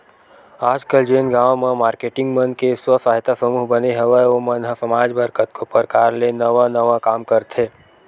आजकल जेन गांव म मारकेटिंग मन के स्व सहायता समूह बने हवय ओ मन ह समाज बर कतको परकार ले नवा नवा काम करथे